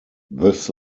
this